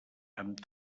amb